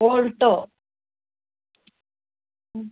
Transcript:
alto